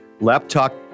Laptop